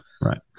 Right